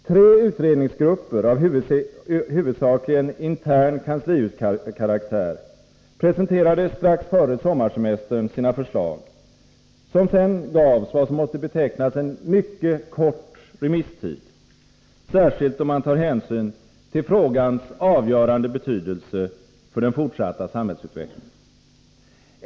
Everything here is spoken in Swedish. Tre utredningsgrupper av huvudsakligen intern kanslihuskaraktär presenterade strax före sommarsemestern sina förslag, som sedan gavs vad som måste betecknas som en mycket kort remisstid, särskilt om man tar hänsyn till frågans avgörande betydelse för den fortsatta samhällsutvecklingen.